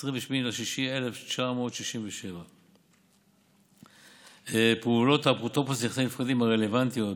28 ביוני 1967. פעולות האפוטרופוס לנכסי נפקדים הרלוונטיות,